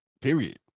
period